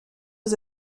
aux